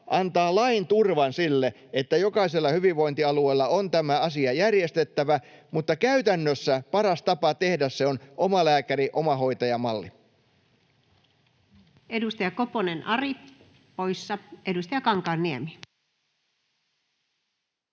antaa lain turvan sille, että jokaisella hyvinvointialueella on tämä asia järjestettävä, mutta käytännössä paras tapa tehdä se on omalääkäri—omahoitaja-malli. Kyllä tässä saa, mutta se on oma